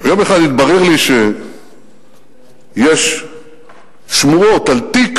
ויום אחד התברר לי שיש שמועות על תיק